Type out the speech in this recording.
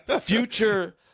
future